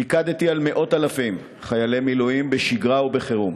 פיקדתי על מאות-אלפים של חיילי מילואים בשגרה ובחירום.